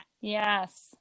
Yes